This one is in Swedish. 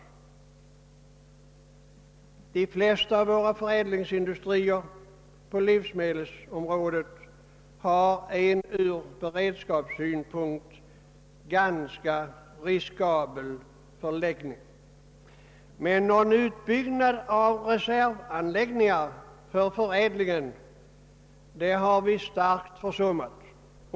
De flesta av våra förädlingsindustrier på livsmedelsområdet har en från beredskapssynpunkt ganska riskabel förläggning, men utbyggnaden av reservanläggningar för förädlingen har under tiden starkt försummats.